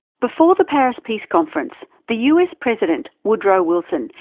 before the paris peace conference, the us president woodrow wilson,